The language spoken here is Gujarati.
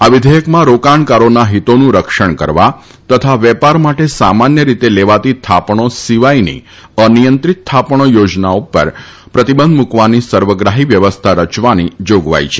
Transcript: આ વિધેયકમાં રોકાણકારોના હિતોનું રક્ષણ કરવા તથા વેપાર માટે સામાન્ય રીતે લેવાતી થાપણો સિવાયની અનિયંત્રીત થાપણો યોજનાઓ ઉપર પ્રતિબંધ મુકવાની સર્વગ્રાહી વ્યવસ્થા રયવાની જાગવાઇ છે